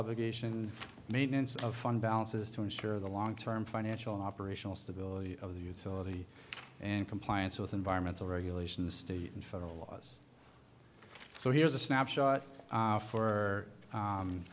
obligation maintenance of fund balances to ensure the long term financial operational stability of the utility and compliance with environmental regulations state and federal laws so here's a snapshot for